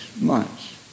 months